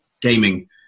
gaming